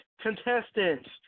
contestants